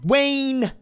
Wayne